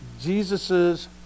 Jesus's